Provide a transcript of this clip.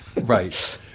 Right